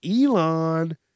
Elon